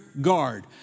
guard